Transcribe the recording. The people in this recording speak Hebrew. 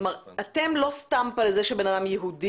כלומר אתם לא סטמפה לזה שבן אדם יהודי